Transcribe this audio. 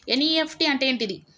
NEFT అంటే ఏంటిది?